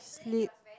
sleep